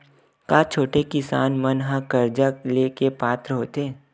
का छोटे किसान मन हा कर्जा ले के पात्र होथे?